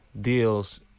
deals